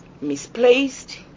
misplaced